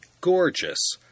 gorgeous